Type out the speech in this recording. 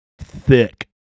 thick